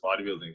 bodybuilding